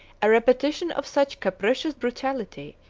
a repetition of such capricious brutality,